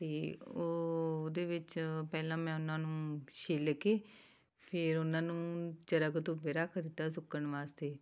ਅਤੇ ਉਹ ਉਹਦੇ ਵਿੱਚ ਪਹਿਲਾਂ ਮੈਂ ਉਹਨਾਂ ਨੂੰ ਛਿੱਲ ਕੇ ਫਿਰ ਉਹਨਾਂ ਨੂੰ ਜਰਾ ਕੁ ਧੁੱਪੇ ਰੱਖ ਦਿੱਤਾ ਸੁੱਕਣ ਵਾਸਤੇ